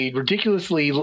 ridiculously